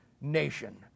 nation